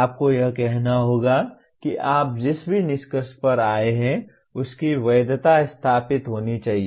आपको यह कहना होगा कि आप जिस भी निष्कर्ष पर आए हैं उसकी वैधता स्थापित होनी चाहिए